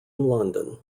london